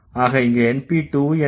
ஆக இங்க NP 2என்ன